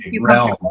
realm